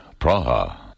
Praha